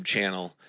channel